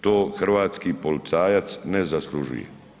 To hrvatski policajac ne zaslužuje.